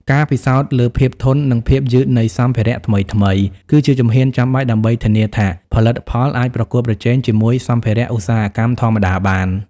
ការពិសោធន៍លើភាពធន់ និងភាពយឺតនៃសម្ភារៈថ្មីៗ គឺជាជំហានចាំបាច់ដើម្បីធានាថាផលិតផលអាចប្រកួតប្រជែងជាមួយសម្ភារៈឧស្សាហកម្មធម្មតាបាន។